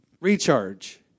Recharge